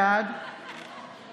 בעד